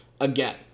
again